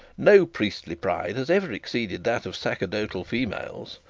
no priestly pride has ever exceeded that of sacerdotal females.